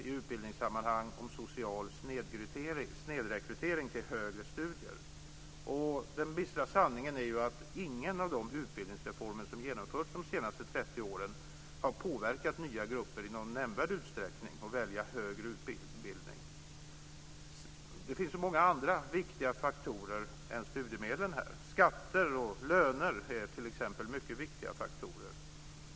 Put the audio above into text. I utbildningssammanhang talas det mycket om social snedrekrytering till högre studier. Den bistra sanningen är att ingen av de utbildningsreformer som genomförts under de senaste 30 åren i nämnvärd utsträckning har påverkat nya grupper att välja högre utbildning. Det finns många andra viktiga faktorer här än studiemedlen. Skatter och löner t.ex. är mycket viktiga faktorer.